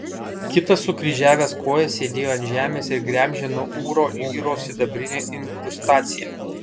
kitas sukryžiavęs kojas sėdėjo ant žemės ir gremžė nuo ūro lyros sidabrinę inkrustaciją